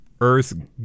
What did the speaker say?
Earth